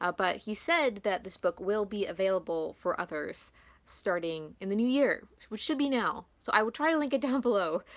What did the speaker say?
ah but he said that this book will be available for others starting in the new year, which should be now. so i will try to link it down below,